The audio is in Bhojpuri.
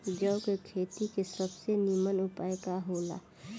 जौ के खेती के सबसे नीमन उपाय का हो ला?